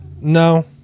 No